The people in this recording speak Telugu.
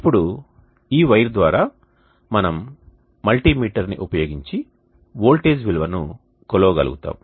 ఇప్పుడు ఈ వైర్ ద్వారా మనం మల్టీమీటర్ని ఉపయోగించి వోల్టేజ్ విలువను కొలవగలుగుతాము